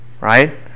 right